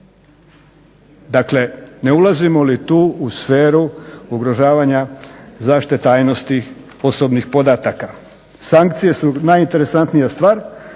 Dakle ne ulazimo tu u sferu ugrožavanja zaštite tajnosti osobnih podataka. Sankcije su najinteresantnija stvar,